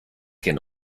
can